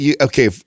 okay